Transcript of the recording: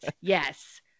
Yes